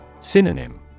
Synonym